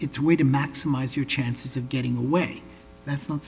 it's way to maximize your chances of getting away that's not